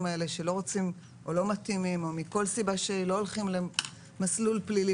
האלה שלא רוצים או לא מתאימים או מכל סיבה שהיא לא הולכים למסלול הפלילי